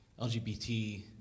LGBT